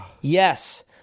Yes